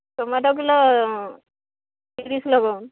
ଟମାଟ kilo ତିରିଶ ନେବ